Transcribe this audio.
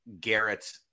Garrett